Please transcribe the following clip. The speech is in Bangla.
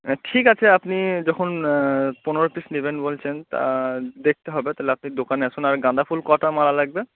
হ্যাঁ ঠিক আছে আপনি যখন পনেরো পিস নিবেন বলছেন তা দেখতে হবে তালে আপনি দোকানে আসুন আর গাঁদা ফুল কটা মালা লাগবে